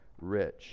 rich